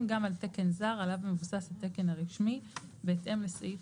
גם על תקן זר עליו מבוסס התקן הרשמי בהתאם לסעיף